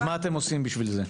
מה אתם עושים בשביל זה?